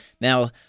Now